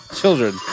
children